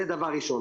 זה דבר ראשון.